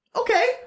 okay